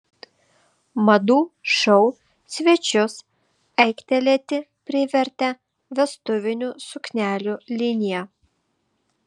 madų šou svečius aiktelėti privertė vestuvinių suknelių linija